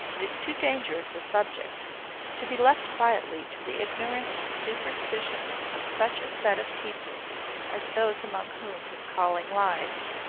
it is too dangerous a subject to be left quietly to the ignorance and superstitions of such a set of people as those among whom his calling lies.